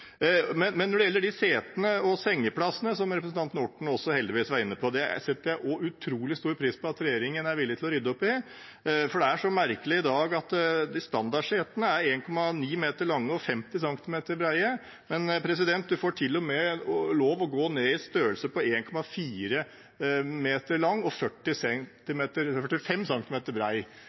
Men når det gjelder de setene og sengeplassene som representanten Orten heldigvis også var inne på: Det setter jeg også utrolig stor pris på at regjeringen er villig til å rydde opp i. Det er så merkelig i dag at standardsetene er 1,9 meter lange og 50 centimeter brede, men man får til og med lov til å gå ned i størrelse på 1,4 meter lengde og